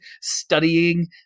studying